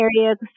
areas